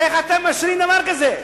איך אתם מאשרים דבר כזה?